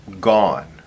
gone